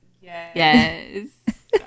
Yes